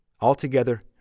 Altogether